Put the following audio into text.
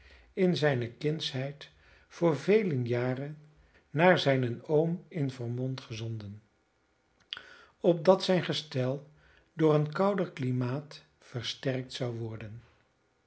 in zijne kindsheid voor vele jaren naar zijnen oom in vermont gezonden opdat zijn gestel door een kouder klimaat versterkt zou worden